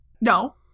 No